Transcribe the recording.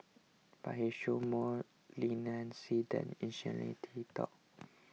but he showed more leniency than initially T thought